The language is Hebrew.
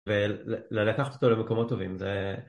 ולקחת אותו למקומות טובים זה...